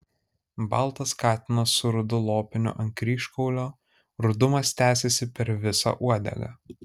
baltas katinas su rudu lopiniu ant kryžkaulio rudumas tęsėsi per visą uodegą